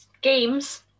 games